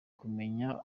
kumenya